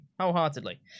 wholeheartedly